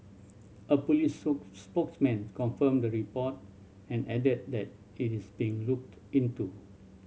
a police spokesman confirmed the report and added that it is being looked into